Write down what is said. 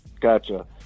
gotcha